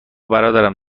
برام